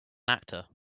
actor